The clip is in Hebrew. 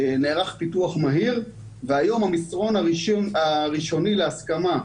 נערך פיתוח מהיר והיום המסרון הראשוני להסכמה,